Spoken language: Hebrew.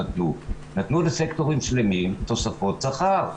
נתנו לסקטורים שלמים תוספות שכר.